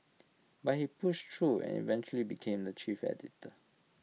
but he push through and eventually became the chief editor